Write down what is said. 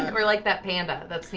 we're like that panda. that's me.